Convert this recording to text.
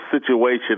situation